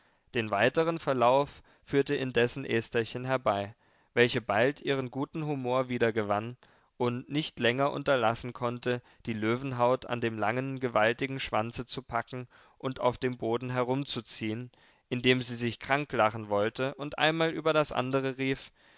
den weiteren verlauf führte indessen estherchen herbei welche bald ihren guten humor wiedergewann und nicht länger unterlassen konnte die löwenhaut an dem langen gewaltigen schwanze zu packen und auf dem boden herumzuziehen indem sie sich kranklachen wollte und einmal über das andere rief